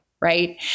right